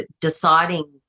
deciding